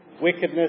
wickedness